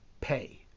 pay